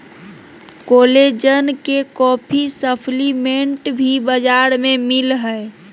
collagen के काफी supplement भी बाजार में मिल हइ